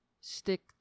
stick